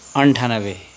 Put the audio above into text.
अन्ठान्नब्बे